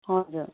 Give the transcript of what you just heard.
हजुर